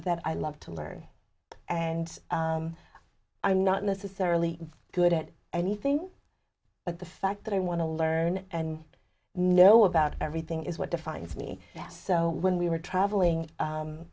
that i love to learn and i'm not necessarily good at anything but the fact that i want to learn and know about everything is what defines me yes so when we were traveling